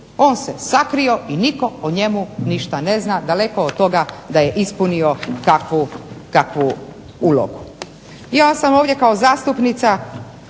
On se sakrio i nitko o njemu ništa ne zna daleko od toga da je ispunio kakvu takvu ulogu. Ja sam ovdje kao zastupnica